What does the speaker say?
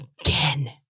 again